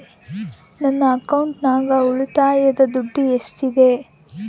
ನನ್ನ ಅಕೌಂಟಿನಾಗ ಉಳಿತಾಯದ ದುಡ್ಡು ಎಷ್ಟಿದೆ?